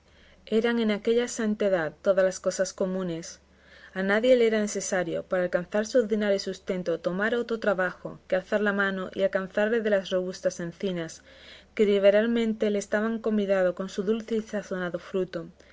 eran en aquella santa edad todas las cosas comunes a nadie le era necesario para alcanzar su ordinario sustento tomar otro trabajo que alzar la mano y alcanzarle de las robustas encinas que liberalmente les estaban convidando con su dulce y sazonado fruto